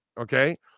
okay